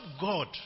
God